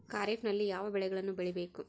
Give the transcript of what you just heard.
ಖಾರೇಫ್ ನಲ್ಲಿ ಯಾವ ಬೆಳೆಗಳನ್ನು ಬೆಳಿಬೇಕು?